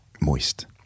moist